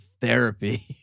therapy